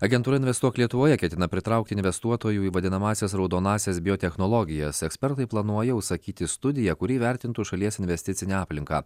agentūra investuok lietuvoje ketina pritraukti investuotojų į vadinamąsias raudonąsias biotechnologijas ekspertai planuoja užsakyti studiją kuri įvertintų šalies investicinę aplinką